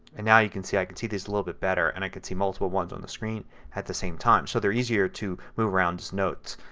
and now you can see i can see this a little bit better and i can see multiple ones on the screen at the same time. so they are easier to move around as notes.